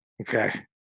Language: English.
Okay